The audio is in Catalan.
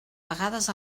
vegades